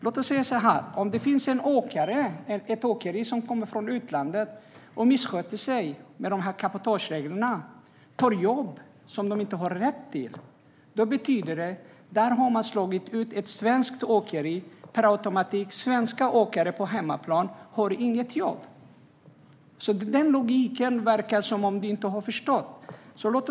Låt oss säga så här: Om ett utländskt åkeri missköter sig enligt cabotagereglerna och tar jobb som de inte har rätt till, betyder det att ett svenskt åkeri har slagits ut per automatik. Då har svenska åkare på hemmaplan inget jobb. Det verkar som att du inte har förstått den logiken.